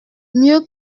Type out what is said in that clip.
mieux